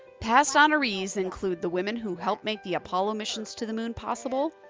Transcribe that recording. past honorees include the women who helped make the apollo missions to the moon possible.